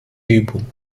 übung